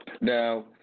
Now